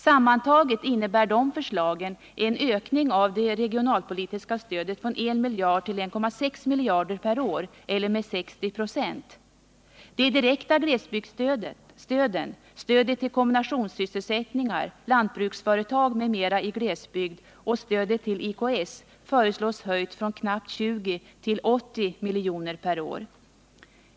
Sammantaget innebär de förslagen en ökning av det regionalpolitiska stödet från en miljard till 1,6 miljarder per år eller med 60 26. De direkta glesbygdsstöden — stödet till kombinationssysselsättningar, lantbruksföretag m.m. i glesbygd och stödet till IKS — föreslås höjda från knappt 20 till 80 miljoner per år.